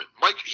Mike